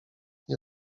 nie